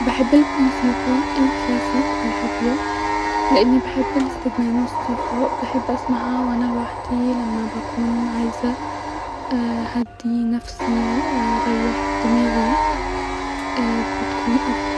بحب الموسيقا الكلاسيك والهاديه لاني بحب الاستجمام والاسترخاء-بحب اسمعها وانا لوحدي لما بكون عايزه-اهدي-نفسي اريح دماغي-بتكون افضل